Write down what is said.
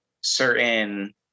certain